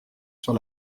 sur